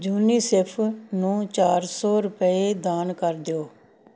UNICEF ਨੂੰ ਚਾਰ ਸੌ ਰੁਪਏ ਦਾਨ ਕਰ ਦਿਓ